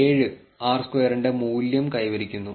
7 R സ്ക്വയറിന്റെ മൂല്യം കൈവരിക്കുന്നു